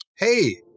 Hey